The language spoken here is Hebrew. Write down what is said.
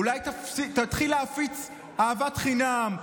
אולי תתחיל להפיץ אהבת חינם,